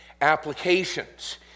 applications